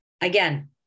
again